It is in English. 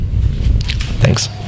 Thanks